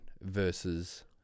versus